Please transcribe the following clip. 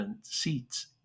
seats